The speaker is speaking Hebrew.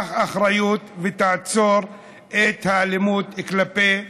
תיקח אחריות ותעצור את האלימות כלפי נשים.